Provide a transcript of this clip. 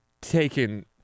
taken